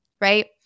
right